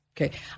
Okay